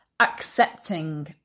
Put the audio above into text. accepting